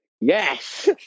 yes